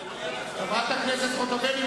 חברת הכנסת חוטובלי,